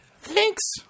Thanks